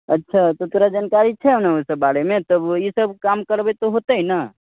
अच्छा तऽ तोरा जानकारी छौ ने ओहिसभ बारेमे तब ईसभ काम करबै तऽ होतै ने